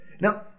Now